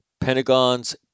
Pentagon's